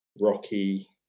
Rocky